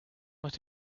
but